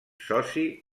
soci